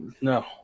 No